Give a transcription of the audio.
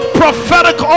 prophetic